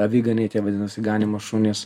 aviganiai tie vadinasi ganymo šunys